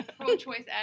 pro-choice